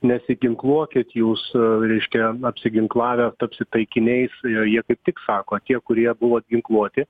nesiginkluokit jūs reiškia apsiginklavę tapsit taikiniais jie kaip tik sako tie kurie buvot ginkluoti